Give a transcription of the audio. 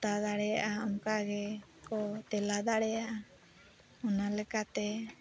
ᱚᱛᱟ ᱫᱟᱲᱮᱭᱟᱜᱼᱟ ᱚᱱᱠᱟ ᱜᱮᱠᱚ ᱛᱮᱞᱟ ᱫᱟᱲᱮᱭᱟᱜᱼᱟ ᱚᱱᱟ ᱞᱮᱠᱟᱛᱮ